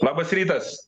labas rytas